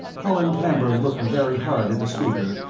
colin camber looked very hard at the speaker,